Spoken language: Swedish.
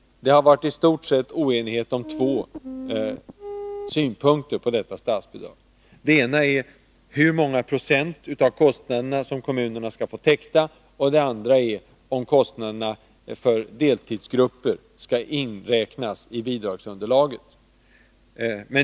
Det har varit oenighet på i stort sett två punkter: den ena gäller hur många procent av kostnaderna som kommunerna skall få täckta, och den andra gäller om kostnaderna för deltidsgrupper skall inräknas i bidragsunderlaget.